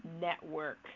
network